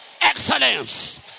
excellence